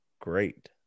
great